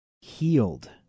healed